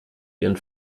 ihren